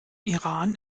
iran